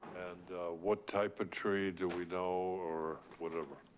and what type of tree, do we know, or whatever?